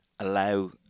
allow